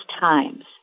times